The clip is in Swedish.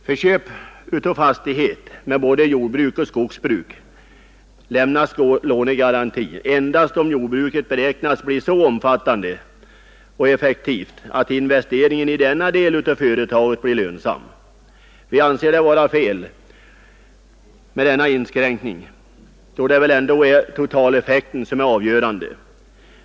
För köp av fastighet med både jordbruk och skogsbruk lämnas lånegaranti endast om jordbruket beräknas bli så omfattande och effektivt att investeringen i denna del av företaget blir lönsam. Vi anser det vara fel med denna inskränkning, då det väl ändå är totaleffekten som är avgörande.